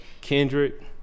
Kendrick